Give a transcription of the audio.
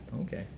Okay